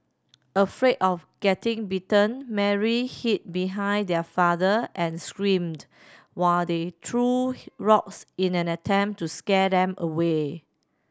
afraid of getting bitten Mary hid behind their father and screamed while they threw rocks in an attempt to scare them away